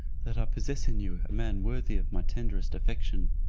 that i possess in you a man worthy of my tenderest affection.